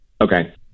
Okay